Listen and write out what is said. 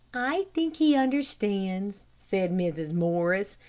i think he understands, said mrs. morris.